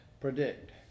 predict